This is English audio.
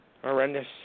Horrendous